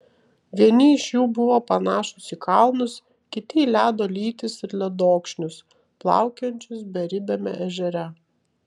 vieni iš jų buvo panašūs į kalnus kiti į ledo lytis ir ledokšnius plaukiojančius beribiame ežere